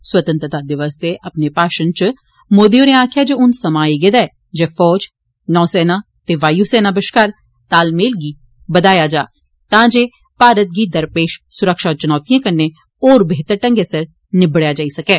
स्वतंत्रता दिवस दे अपने भाषणै च मोदी होरें आक्खेआ जे हून समा आई गेदा ऐ जे फौज नौसेना ते वायु सेना बश्कार तालमेल गी बधाया जा तां जे भारत गी दरपेश सुरक्षा चुनोतिएं कन्नै होर बेहतर ढंगै सिर निबडेआ जाई सकै